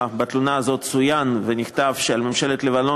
בתלונה הזאת צוין ונכתב שעל ממשלת לבנון